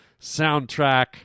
soundtrack